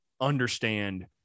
understand